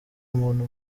muntu